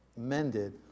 mended